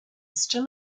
still